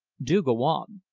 do go on.